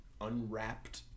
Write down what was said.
unwrapped